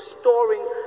storing